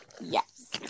Yes